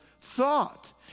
thought